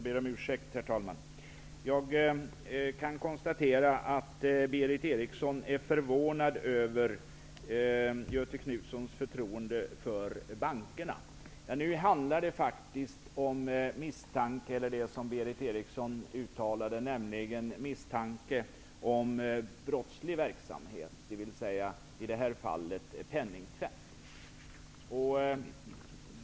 Herr talman! Jag kan konstatera att Berith Eriksson är förvånad över Göthe Knutsons förtroende för bankerna. Det som Berith Eriksson uttalade handlar faktiskt om misstanke om brottslig verksamhet -- i det här fallet penningtvätt.